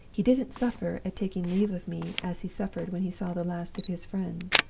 he didn't suffer at taking leave of me as he suffered when he saw the last of his friend.